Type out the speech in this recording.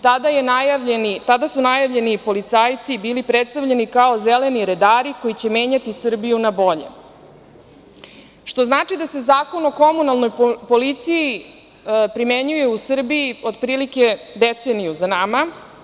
Tada su najavljeni policajci bili predstavljeni kao zeleni redari koji će menjati Srbiju na bolje, što znači da se Zakon o komunalnoj policiji primenjuje u Srbiji otprilike deceniju za nama.